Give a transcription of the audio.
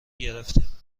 گرفتیم